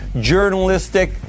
journalistic